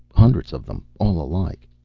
hundreds of them, all alike.